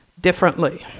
differently